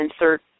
insert